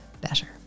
better